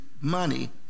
money